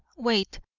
wait,